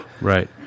Right